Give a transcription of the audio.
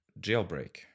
Jailbreak